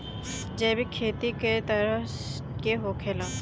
जैविक खेती कए तरह के होखेला?